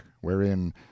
wherein